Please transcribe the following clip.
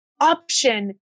option